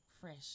fresh